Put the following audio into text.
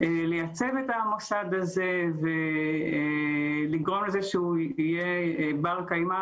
לייצב את המוסד הזה ולגרום לזה שהוא יהיה בר קיימא